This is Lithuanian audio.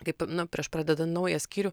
kaip prieš pradedan naują skyrių